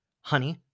honey